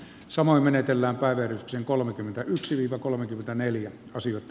samoin menetellään kaivertkin kolmekymmentäyksi yv kolmekymmentäneljä ja syötti